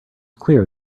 clear